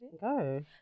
Go